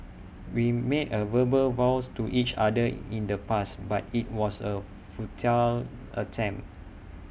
we made A verbal vows to each other in the past but IT was A futile attempt